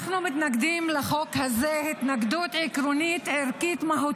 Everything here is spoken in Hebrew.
אנחנו מתנגדים לחוק הזה התנגדות עקרונית-ערכית-מהותית.